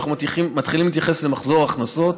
אנחנו מתחילים להתייחס למחזור הכנסות.